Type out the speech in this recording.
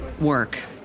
work